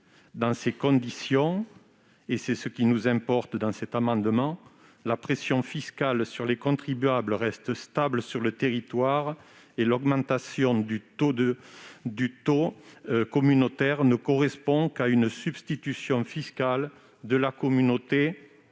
Dans ces conditions- c'est ce qui nous importe -, la pression fiscale sur les contribuables reste stable sur le territoire, et l'augmentation du taux communautaire ne correspond qu'à une substitution fiscale de la communauté